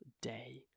day